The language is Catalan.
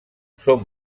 són